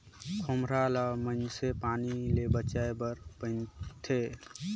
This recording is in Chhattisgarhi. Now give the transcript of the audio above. खोम्हरा ल मइनसे पानी ले बाचे बर पहिरथे